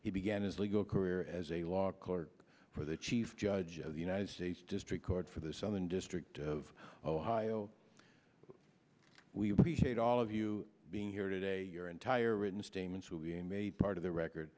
he began his legal career as a law clerk for the chief judge of the united states district court for the southern district of ohio we appreciate all of you being here today your entire written statements will be made part of the record